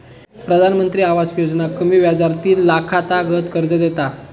प्रधानमंत्री आवास योजना कमी व्याजार तीन लाखातागत कर्ज देता